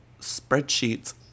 spreadsheets